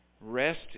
rest